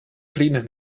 clean